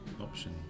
option